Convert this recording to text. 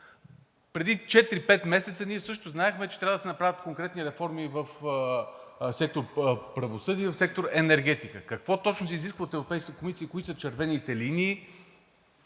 четири пет месеца ние също знаехме, че трябва да се направят конкретни реформи в сектор „Правосъдие“ и в сектор „Енергетика“. Какво точно се изисква от Европейската комисия, кои са червените линии